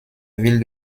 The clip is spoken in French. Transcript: ville